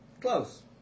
Close